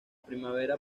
primavera